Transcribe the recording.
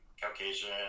Caucasian